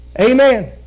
Amen